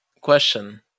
Question